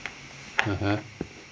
(uh huh)